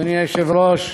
אדוני היושב-ראש,